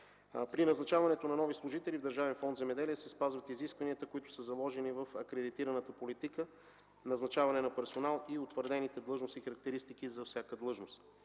При назначаването на нови служители в Държавен фонд „Земеделие” се спазват изискванията, които са заложени в акредитираната политика – назначаване на персонал и утвърдените длъжностни характеристики за всяка длъжност.